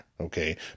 okay